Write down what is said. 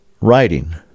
writing